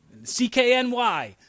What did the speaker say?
CKNY